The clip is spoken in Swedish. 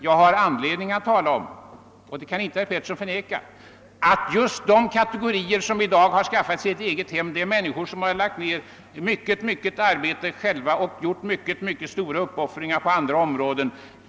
Jag har anledning att tala om — och det kan inte herr Pettersson förneka — att just de kategorier som i dag har skaffat sig ett eget hem är människor som har lagt ned mycket arbete själva och gjort mycket stora uppoffringar på andra områden.